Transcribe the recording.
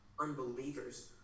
unbelievers